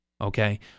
Okay